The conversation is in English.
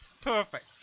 Perfect